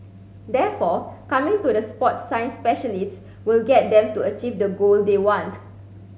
therefore coming to the sport science specialists will get them to achieve that goal they want